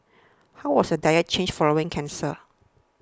how was your diet changed following cancer